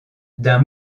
d’un